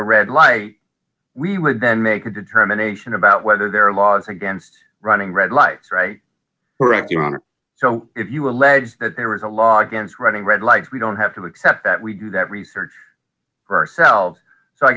a red light we would then make a determination about whether there are laws against running red lights right or acting on it so if you allege that there is a law against running red lights we don't have to accept that we do that research for ourselves so i